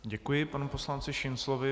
Děkuji panu poslanci Šinclovi.